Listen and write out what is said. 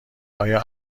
آیا